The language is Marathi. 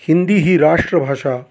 हिंदी ही राष्ट्रभाषा